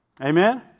Amen